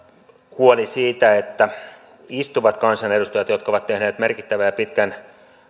huoli siitä tulisivatko istuvat kansanedustajat jotka ovat tehneet merkittävän ja pitkän